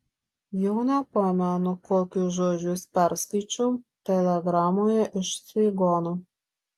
jau nepamenu kokius žodžius perskaičiau telegramoje iš saigono